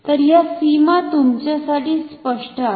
तर ह्या सीमा तुमच्यासाठी स्पष्ट आहेत